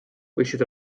võiksid